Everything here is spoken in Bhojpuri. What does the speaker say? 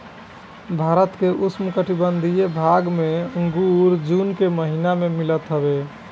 भारत के उपोष्णकटिबंधीय भाग में अंगूर जून के महिना में मिलत हवे